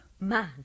man